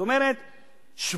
זאת אומרת,